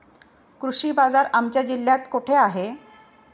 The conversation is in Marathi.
कृषी बाजार आमच्या जिल्ह्यात कुठे आहे?